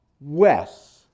Wes